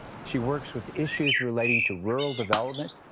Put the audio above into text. she works with issues relating to rural development,